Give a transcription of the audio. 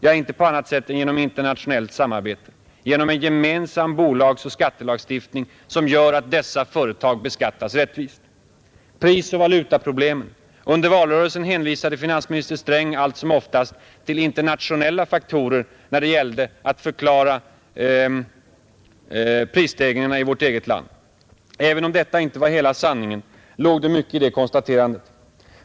Ja, inte på annat sätt än genom internationellt samarbete och genom en gemensam bolagsoch skattelagstiftning, som gör att dessa företag beskattas rättvist. Beträffande prisoch valutaproblemen vill jag säga att under valrörelsen hänvisade finansminister Sträng allt som oftast till internationella faktorer när det gällde att förklara prisstegringarna i vårt eget land. Även om detta inte var hela sanningen låg det mycket i det konstaterandet.